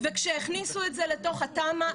כשהכניסו את זה לתוך התמ"א,